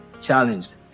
challenged